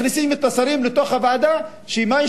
מכניסים את השרים לתוך הוועדה, שֶמה?